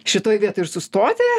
šitoj vietoj ir sustoti